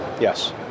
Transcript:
yes